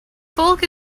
folk